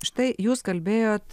štai jūs kalbėjot